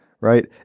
right